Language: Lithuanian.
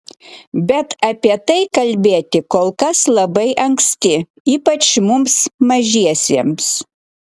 bet apie tai kalbėti kol kas labai anksti ypač mums mažiesiems